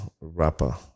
rapper